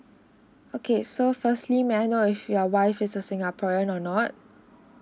okay so firstly may I know if your wife is a singaporean or not